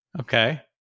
Okay